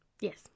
Yes